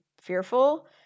fearful